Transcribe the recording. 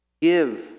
Give